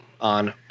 on